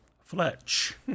Fletch